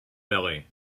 belly